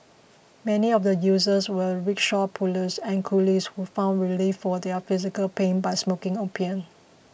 many of the users were rickshaw pullers and coolies who found relief for their physical pain by smoking opium